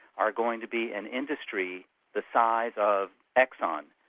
are going to be an industry the size of exxon,